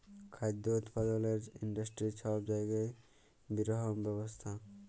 খাদ্য উৎপাদলের ইন্ডাস্টিরি ছব জায়গার বিরহত্তম ব্যবসা